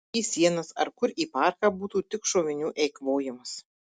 į sienas ar kur į parką būtų tik šovinių eikvojimas